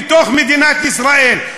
בתוך מדינת ישראל.